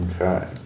Okay